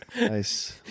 Nice